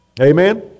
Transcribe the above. Amen